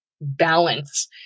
balance